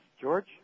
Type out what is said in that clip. George